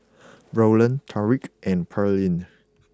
Rowland Tariq and Pearlene